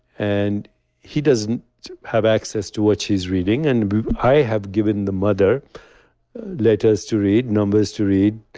and he doesn't have access to what she's reading, and i have given the mother letters to read numbers to read,